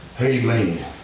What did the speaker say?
Amen